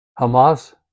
Hamas